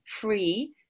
free